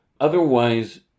Otherwise